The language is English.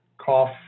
cough